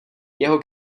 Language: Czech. jeho